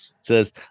says